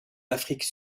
afrique